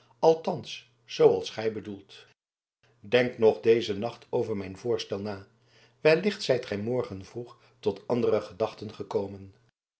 althans zooals gij bedoelt denk nog dezen nacht over mijn voorstel na wellicht zijt gij morgen vroeg tot andere gedachten gekomen